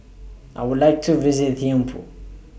I Would like to visit Thimphu